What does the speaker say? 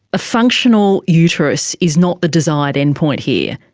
a functional uterus is not the desired end point here,